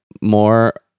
more